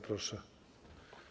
Proszę.